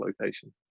location